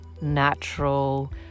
natural